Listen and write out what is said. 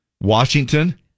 Washington